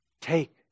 Take